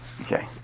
Okay